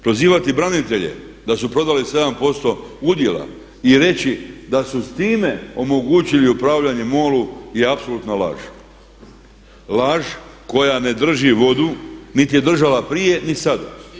Prozivati branitelje da su prodali 7% udjela i reći da su s time omogućili upravljanje MOL-u je apsolutna laž, laž koja ne drži vodu, niti je držala prije, ni sada.